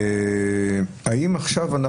האם עכשיו,